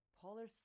polar